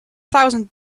thousand